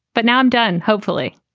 but now i'm done, hopefully.